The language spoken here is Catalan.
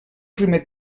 primer